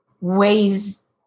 ways